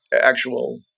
actual